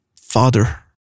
father